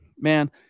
Man